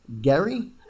Gary